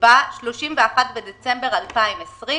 התשפ"א (31 בדצמבר 2020),